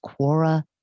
Quora